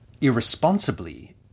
irresponsibly